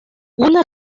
una